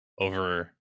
over